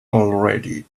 already